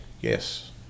yes